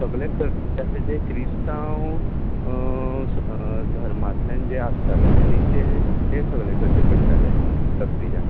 सगले करता तशे किरिस्ताव धर्मातल्यान जे आसताले तेंचे ते सगले करचे पडटाले क्रिया